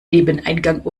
nebeneingang